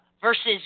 versus